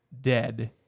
dead